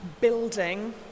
building